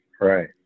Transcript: right